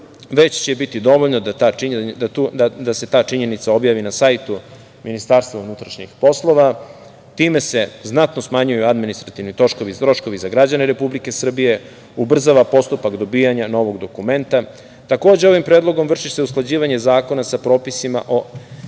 već će biti dovoljno da se ta činjenica objavi na sajtu MUP, i time se znatno smanjuju administrativni troškovi, troškovi za građane Republike Srbije, ubrzava postupak dobijanja novog dokumenta. Takođe, ovim Predlogom vrši se usklađivanje zakona sa propisima o